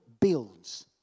builds